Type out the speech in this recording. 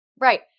Right